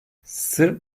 sırp